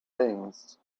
things